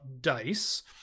dice